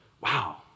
Wow